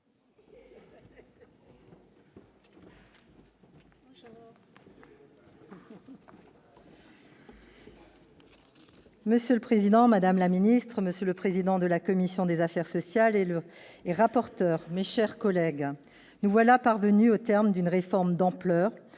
Monsieur le président, madame la ministre, monsieur le président de la commission des affaires sociales et rapporteur, mes chers collègues, nous voilà parvenus au terme d'une réforme d'ampleur